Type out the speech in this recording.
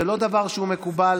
זה לא דבר מקובל.